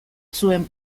zuen